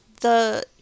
the-